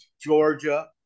Georgia